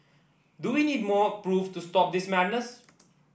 do we need more proof to stop this madness